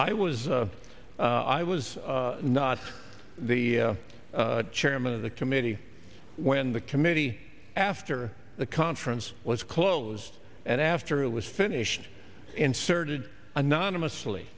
was i was not the chairman of the committee when the committee after the conference was closed and after it was finished inserted anonymously